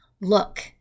look